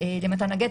למתן הגט,